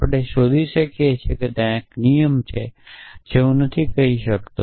આપણે શોધી શકીએ કે ત્યાં એક નિયમ છે જે હું નથી કહી રહ્યો